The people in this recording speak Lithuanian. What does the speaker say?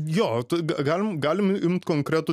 jo galim galim imt konkretų